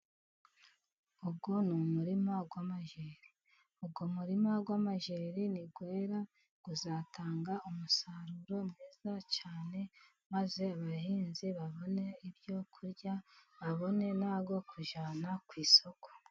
Uwo ni umurima w'amajyeri, uwo muririma w'amajyeri ni wera uzatanga umusaruro mwiza cyane, maze abahinzi babone ibyo kurya babone n'ibyo kujyana ku isoko.